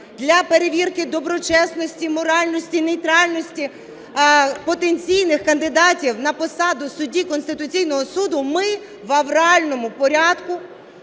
для перевірки доброчесності, моральності, нейтральності потенційних кандидатів на посаду судді Конституційного Суду ми в авральному порядку